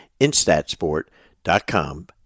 instatsport.com